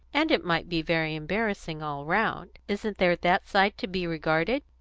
and it might be very embarrassing all round. isn't there that side to be regarded?